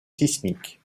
sismiques